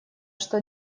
что